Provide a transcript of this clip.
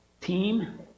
team